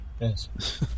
Yes